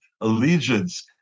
allegiance